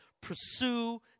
pursue